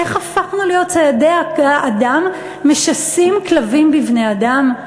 איך הפכנו להיות ציידי אדם, משסים כלבים בבני-אדם?